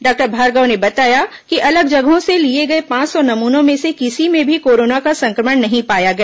doctor Bhargava ने बताया कि अलग जगहों से लिये गये पांच सौ नमूनों में से किसी में भी कोरोना का संक्रमण नहीं पाया गया